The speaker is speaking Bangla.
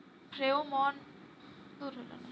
ফ্রেরোমন ফাঁদ ধান চাষে বিঘা পতি কতগুলো লাগানো যেতে পারে?